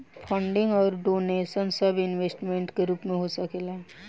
funding अउर donation सब investment के रूप में हो सकेला